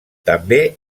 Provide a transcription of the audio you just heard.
també